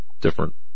different